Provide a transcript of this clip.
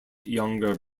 younger